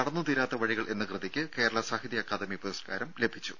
നടന്നു തീരാത്ത വഴികൾ എന്ന കൃതിക്ക് കേരള സാഹിത്യ അക്കാദമി പുരസ്കാരം ലഭിച്ചു